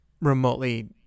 remotely